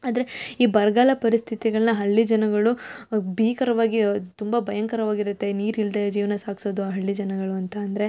ಆದರೆ ಈ ಬರಗಾಲ ಪರಿಸ್ಥಿತಿಗಳನ್ನು ಹಳ್ಳಿ ಜನಗಳು ಭೀಕರವಾಗಿ ತುಂಬ ಭಯಂಕರವಾಗಿರುತ್ತೆ ನೀರಿಲ್ಲದೆ ಜೀವನ ಸಾಗಿಸೋದು ಹಳ್ಳಿ ಜನಗಳು ಅಂತ ಅಂದರೆ